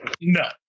No